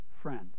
friend